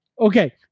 Okay